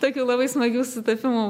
tokių labai smagių sutapimų